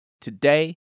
Today